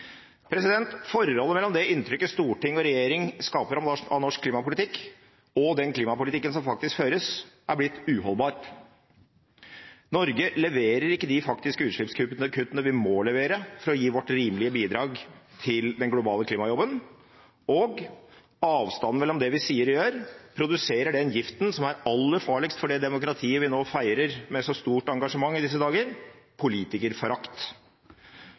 gjøres. Forholdet mellom det inntrykket storting og regjering skaper om norsk klimapolitikk, og den klimapolitikken som faktisk føres, er blitt uholdbart. Norge leverer ikke de faktiske utslippskuttene vi må levere for å gi vårt rimelige bidrag til den globale klimajobben, og avstanden mellom det vi sier og gjør, produserer den giften som er aller farligst for det demokratiet vi nå feirer med så stort engasjement i disse dager: